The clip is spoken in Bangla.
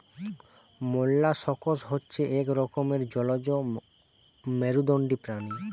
মোল্লাসকস হচ্ছে এক রকমের জলজ অমেরুদন্ডী প্রাণী